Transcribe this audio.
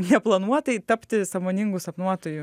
neplanuotai tapti sąmoningu sapnuotoju